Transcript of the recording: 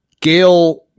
Gail